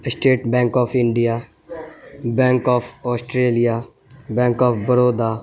state bank of India bank of Australia bank of Baroda